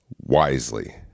wisely